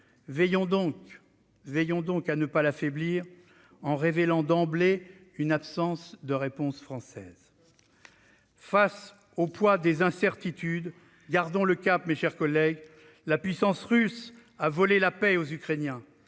Veillons donc à ne pas l'affaiblir en révélant d'emblée une absence de réponse française. Face au poids des incertitudes, gardons le cap, mes chers collègues. La puissance russe a volé la paix aux Ukrainiens.